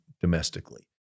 domestically